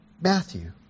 Matthew